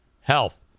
health